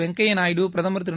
வெங்கய்யா நாயுடு பிரதமர் திரு